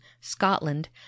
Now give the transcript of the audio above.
scotland